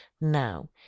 Now